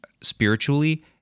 spiritually